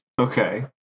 Okay